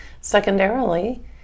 Secondarily